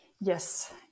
Yes